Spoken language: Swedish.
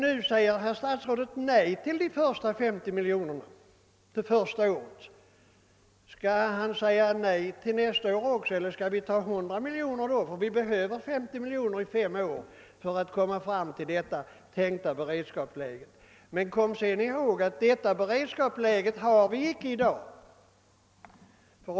Nu säger herr statsrådet nej till de 50 miljonerna det första året. Skall han säga nej till dem nästa år också, eller skall vi ta 100 miljoner då? Vi behöver 50 miljoner under vart och ett av fem år för att uppnå det tänkta beredskapsläget. Men kom sedan ihåg, att detta beredskapsläge inte existerar i dag.